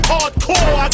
Hardcore